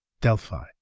Delphi